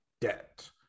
debt